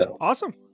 Awesome